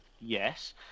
Yes